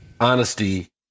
honesty